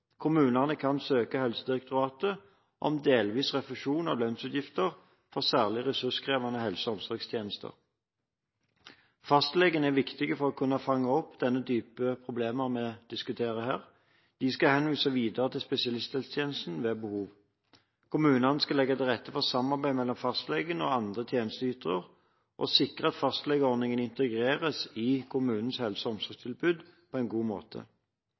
Kommunene kan søke Helsedirektoratet om delvis refusjon av lønnsutgifter for særlig ressurskrevende helse- og omsorgstjenester. Fastlegene er viktige for å kunne fange opp den type problemer vi diskuterer her. De skal henvise videre til spesialisthelsetjenesten ved behov. Kommunen skal legge til rette for samarbeid mellom fastlegene og andre tjenesteytere og sikre at fastlegeordningen integreres i kommunens helse- og omsorgstjenestetilbud på en god måte.